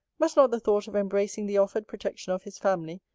must not the thought of embracing the offered protection of his family,